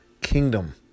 kingdom